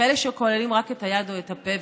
כאלה שכוללים רק את היד או את הפה,